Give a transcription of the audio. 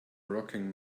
rocking